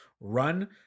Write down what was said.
run